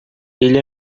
ele